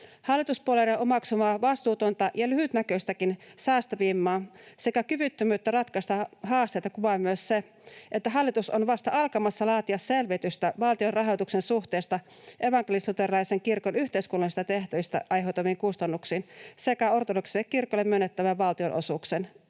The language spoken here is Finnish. Hallituspuolueiden omaksumaa vastuutonta ja lyhytnäköistäkin säästövimmaa sekä kyvyttömyyttä ratkaista haasteita kuvaa myös se, että hallitus on vasta alkamassa laatia selvitystä valtionrahoituksen suhteesta evankelis-luterilaisen kirkon yhteiskunnallisista tehtävistä aiheutuviin kustannuksiin sekä ortodoksiselle kirkolle myönnettävien valtionosuuksien